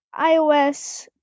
ios